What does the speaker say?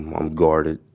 i'm guarded.